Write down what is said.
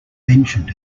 mentioned